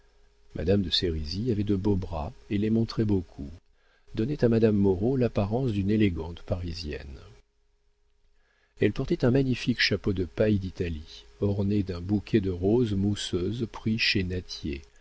madame de sérisy avait de beaux bras et les montrait beaucoup donnaient à madame moreau l'apparence d'une élégante parisienne elle portait un magnifique chapeau de paille d'italie orné d'un bouquet de roses mousseuses pris chez